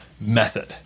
method